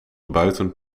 buiten